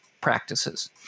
practices